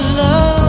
love